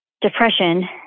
depression